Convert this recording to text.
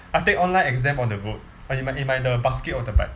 I take online exam on the road in my in my the basket of the bike